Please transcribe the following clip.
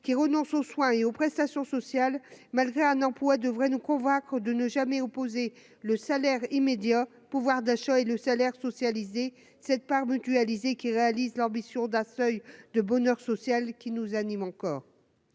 qui renoncent aux soins et aux prestations sociales malgré un emploi devraient nous convaincre de ne jamais opposé le salaire immédiat, pouvoir d'achat et le salaire socialisé cette part mutualiser qui réalise l'ambition d'un seuil de bonheur social qui nous anime encore